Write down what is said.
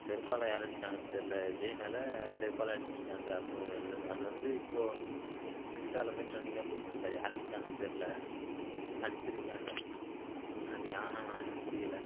செருப்பால் யார் அடிச்சாங்கன்னு தெரியல விஜய் மேலே செருப்பால் அடிச்சுருக்காங்க அப்போது அது அது வந்து இப்போது இன்ஸ்டாவில் வந்து ட்ரெண்டிங்காக போயிட்டுருக்கு அது யார் அடிச்சாங்கன்னு தெரியல அடிச்சுருக்காங்க அது யான் என இன்னும் புரியலை